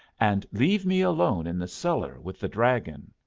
and leave me alone in the cellar with the dragon.